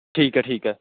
ਠੀਕ ਹੈ ਠੀਕ ਹੈ